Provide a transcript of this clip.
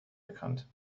bekannt